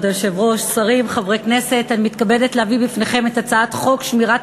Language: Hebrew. אני מתכבדת להביא בפניכם את הצעת חוק שמירת